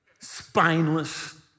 spineless